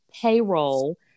payroll